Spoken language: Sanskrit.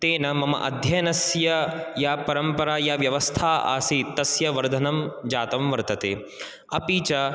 तेन मम अध्ययनस्य या परम्परा या व्यवस्था आसीत् तस्य वर्धनं जातं वर्तते अपि च